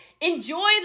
enjoy